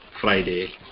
Friday